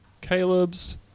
Caleb's